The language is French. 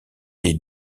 des